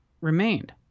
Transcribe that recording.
remained